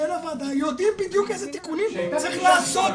הוועדה יודעות בדיוק איזה תיקונים צריך לעשות.